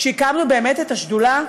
כשהקמנו באמת את השדולה,